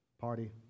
Party